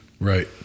Right